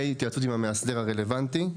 בהתייעצות עם המאסדר הרלוונטי,